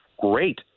great